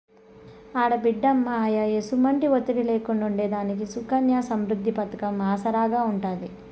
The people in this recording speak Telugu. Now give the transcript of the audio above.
ఆడబిడ్డ అమ్మా, అయ్య ఎసుమంటి ఒత్తిడి లేకుండా ఉండేదానికి సుకన్య సమృద్ది పతకం ఆసరాగా ఉంటాది